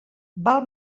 val